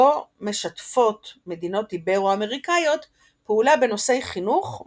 בו משתפות מדינות איברו-אמריקאיות פעולה בנושאי חינוך,